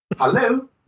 Hello